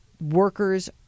workers